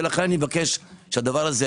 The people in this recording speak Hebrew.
לכן אני מבקש שזה,